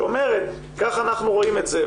שאומרת: כך אנחנו רואים את זה,